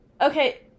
okay